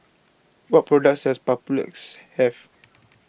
What products Does Papulex Have